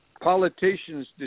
politicians